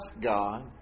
God